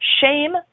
Shame